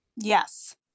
Yes